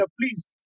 Please